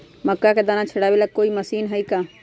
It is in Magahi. मक्का के दाना छुराबे ला कोई मशीन हई का?